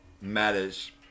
matters